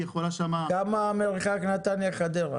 היא יכולה שם --- כמה המרחק נתניה-חדרה?